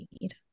need